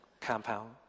compound